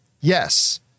Yes